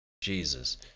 Jesus